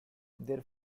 their